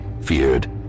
feared